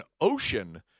ocean